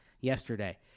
yesterday